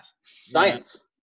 science